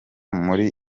muri